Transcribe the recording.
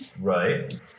Right